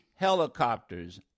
helicopters